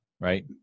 Right